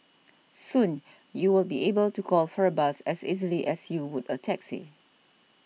soon you will be able to call for a bus as easily as you would a taxi